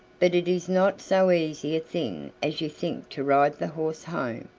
but it is not so easy a thing as you think to ride the horse home,